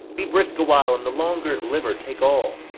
be brisk awhile, and the longer liver take all.